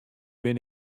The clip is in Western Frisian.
bin